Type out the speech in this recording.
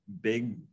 big